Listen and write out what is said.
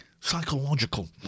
psychological